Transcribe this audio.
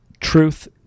truth